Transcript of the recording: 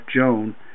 Joan